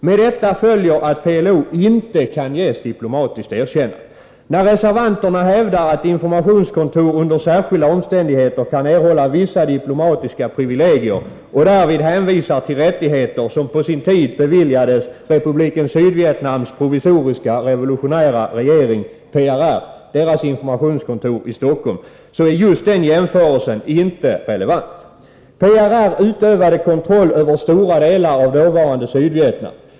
Med detta följer att PLO inte kan ges diplomatiskt erkännande. När reservanterna hävdar att informationskontor under särskilda omständigheter kan erhålla vissa diplomatiska privilegier och därvid hänvisar till rättigheter som på sin tid beviljades Republiken Sydvietnams provisoriska revolutionära regerings informationskontor i Stockholm, är just den jämförelsen inte riktigt relevant. PRR utövade kontroll över stora delar av dåvarande Sydvietnam.